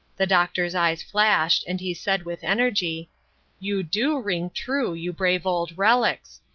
the doctor's eyes flashed, and he said, with energy you do ring true, you brave old relics!